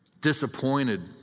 disappointed